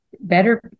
better